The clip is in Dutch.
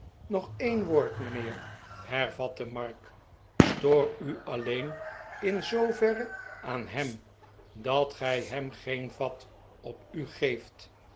nog een woord mijnheer hervatte mark stoor u alleen in zooverre aan hem dat gij hem geen vat op u geeft